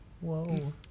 Whoa